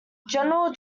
general